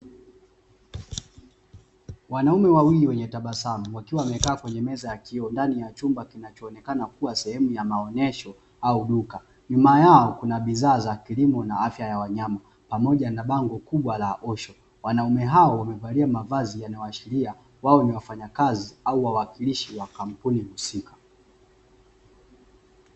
Wanaume wawili wenye tabasamu wakiwa wamekaa kwenye meza ya kioo ndani ya chumba kinachoonekana kuwa sehemu ya maonesho au duka. Nyuma yao kuna bidhaa za kilimo na afya ya wanyama pamoja na bango kubwa la "osho". Wanaume hao wamevalia mavazi yanayoashiria wao ni wafanyakazi au wawakilishi wa kampuni husika.